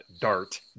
Dart